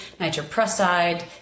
nitroprusside